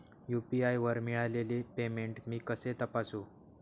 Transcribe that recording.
UPI वर मिळालेले payment मी कसे तपासू?